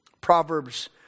Proverbs